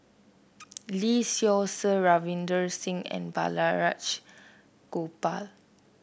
Lee Seow Ser Ravinder Singh and Balraj Gopal